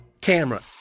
camera